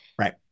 Right